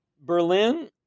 Berlin